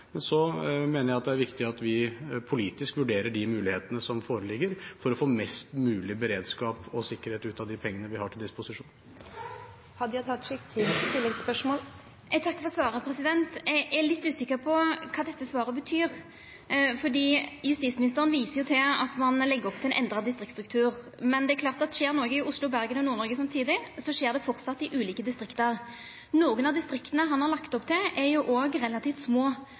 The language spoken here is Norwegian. Så mener jeg at det er viktig at vi politisk vurderer de mulighetene som foreligger, for å få mest mulig beredskap og sikkerhet ut av de pengene vi har til disposisjon. Eg takkar for svaret. Eg er litt usikker på kva dette svaret betyr, fordi justisministeren viser til at ein legg opp til endra distriktsstruktur, men det er klart at skjer det noko i Oslo, Bergen og Nord-Noreg samtidig, skjer det framleis i ulike distrikt. Nokre av distrikta han har lagt opp til, er òg relativt små